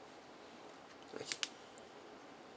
okay